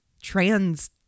trans